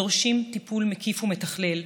הדורשים טיפול מקיף ומתכלל,